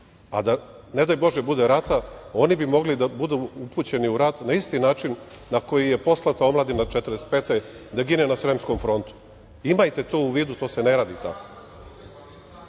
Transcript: a da, ne daj Bože, bude rata oni bi mogli da budu upućeni u rat na isti način na koji je poslata omladina 1945. godine da gine na Sremskom frontu. Imajte to u vidu, to se ne radi tako. Uz